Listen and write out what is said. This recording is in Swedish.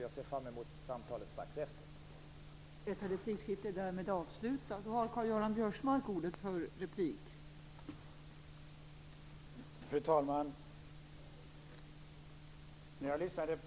Jag ser fram mot samtalet strax efter den här debatten.